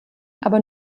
aber